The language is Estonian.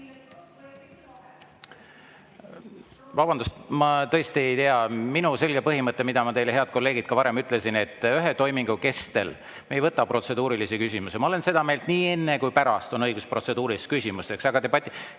Vabandust, ma tõesti ei tea … Minu selge põhimõte, mida ma teile, head kolleegid, ka varem ütlesin: ühe toimingu kestel me ei võta protseduurilisi küsimusi. Ma olen seda meelt, et nii enne kui pärast on õigus protseduurilisteks küsimusteks. Ma vabandan.